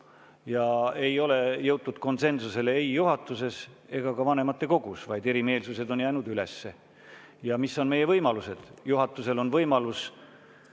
Aga ei ole jõutud konsensusele ei juhatuses ega ka vanematekogus, erimeelsused on jäänud üles. Mis on meie võimalused? Juhatusel on võimalus,